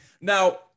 Now